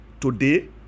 Today